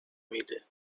میده